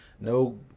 no